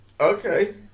Okay